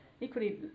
equally